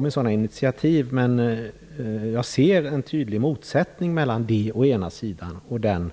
Men jag ser en tydlig motsättning mellan det å ena sidan och den